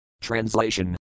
Translation